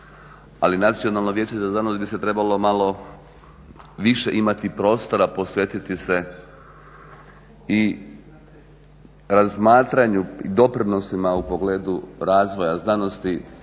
ali Nacionalno vijeće za znanost bi se trebalo malo više imati prostora, posvetiti se i razmatranju i doprinosima u pogledu razvoja znanosti,